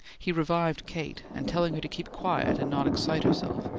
he revived kate, and telling her to keep quiet, and not excite herself,